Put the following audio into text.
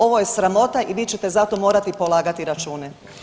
Ovo je sramota i vi ćete za to morati polagati račune.